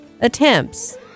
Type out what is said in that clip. attempts